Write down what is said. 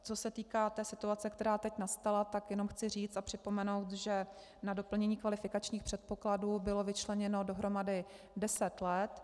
Co se týká situace, která teď nastala, tak jenom chci říct a připomenout, že na doplnění kvalifikačních předpokladů bylo vyčleněno dohromady deset let.